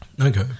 okay